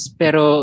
pero